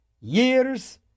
years